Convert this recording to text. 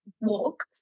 walk